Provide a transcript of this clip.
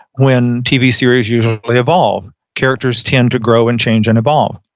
when tv series usually like evolve, characters tend to grow and change and evolve.